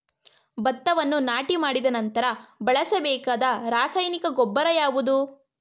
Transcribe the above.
ಭತ್ತವನ್ನು ನಾಟಿ ಮಾಡಿದ ನಂತರ ಬಳಸಬೇಕಾದ ರಾಸಾಯನಿಕ ಗೊಬ್ಬರ ಯಾವುದು?